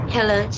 Hello